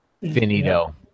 Finito